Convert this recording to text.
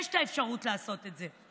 יש אפשרות לעשות את זה.